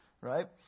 right